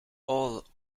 all